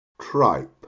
tripe